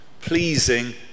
pleasing